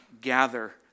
gather